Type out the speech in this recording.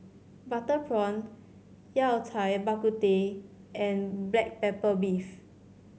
butter prawn Yao Cai Bak Kut Teh and black pepper beef